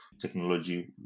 technology